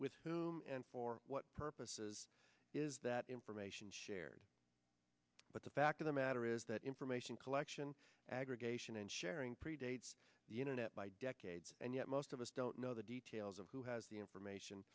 with whom and for what purposes is that information shared but the fact of the matter is that information collection aggregation and sharing predates the internet by decades and yet most of us don't know the details of who has the information